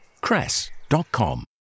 cress.com